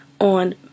on